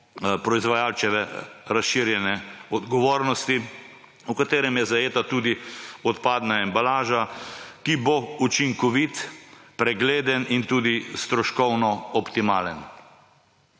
proizvajalčeve razširjene odgovornosti, v katerega je zajeta tudi odpadna embalaža, da bo učinkovit, pregleden in tudi stroškovno optimalen.